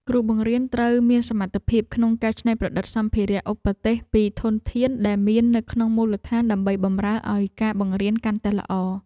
គ្រូបង្រៀនត្រូវមានសមត្ថភាពក្នុងការច្នៃប្រឌិតសម្ភារៈឧបទេសពីធនធានដែលមាននៅក្នុងមូលដ្ឋានដើម្បីបម្រើឱ្យការបង្រៀនកាន់តែល្អ។